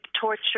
torture